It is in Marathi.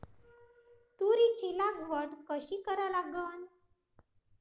तुरीची लागवड कशी करा लागन?